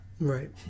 Right